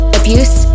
abuse